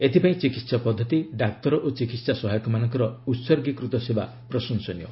ଏଥିପାଇଁ ଚିକିତ୍ସା ପଦ୍ଧତି ଡାକ୍ତର ଓ ଚିକିତ୍ସା ସହାୟକମାନଙ୍କର ଉସର୍ଗୀକୃତ ସେବା ପ୍ରଶଂସନୀୟ